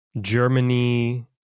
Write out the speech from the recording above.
Germany